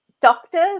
Doctors